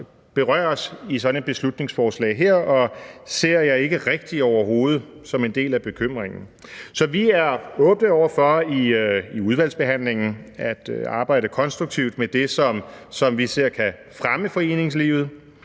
berøres i sådan et beslutningsforslag her, og det ser jeg ikke rigtig, overhovedet, som en del af bekymringen. Så vi er åbne over for i udvalgsbehandlingen at arbejde konstruktivt med det, som vi ser kan fremme foreningslivet